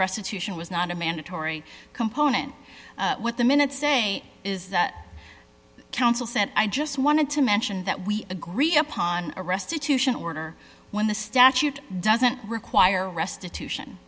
restitution was not a mandatory component what the minutes say is that counsel said i just wanted to mention that we agreed upon a restitution order when the statute doesn't require restitution